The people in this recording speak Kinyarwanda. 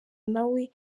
nawe